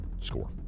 score